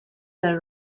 that